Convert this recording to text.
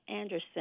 Anderson